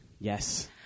Yes